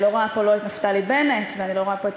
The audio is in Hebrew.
אני לא רואה פה את נפתלי בנט ואני לא רואה פה את